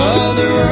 Mother